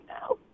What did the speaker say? now